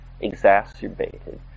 exacerbated